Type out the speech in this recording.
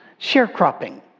Sharecropping